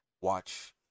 watch